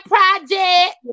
Project